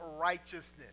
righteousness